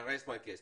I rest my case.